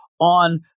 on